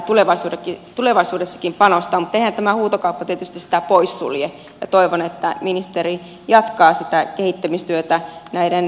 mutta eihän tämä huutokauppa tietysti sitä pois sulje ja toivon että ministeri jatkaa sitä kehittämistyötä näiden kuituyhteyksienkin rakentamisessa